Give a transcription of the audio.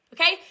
okay